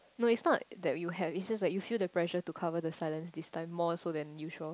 no it's not that you have it's just that you feel the pressure to cover the silence this time more so than usual